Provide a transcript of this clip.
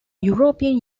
european